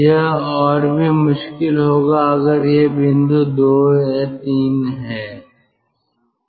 यह और भी मुश्किल होगा अगर यह बिंदु 2 3 है